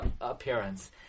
appearance